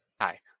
Hi